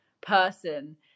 person